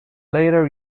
later